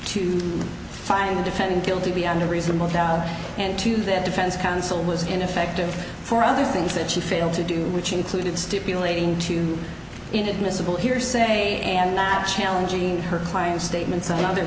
to find a defendant guilty beyond a reasonable doubt and two that defense counsel was ineffective four other things that she failed to do which included stipulating to inadmissible hearsay and not challenging her client's statements on the